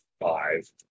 Five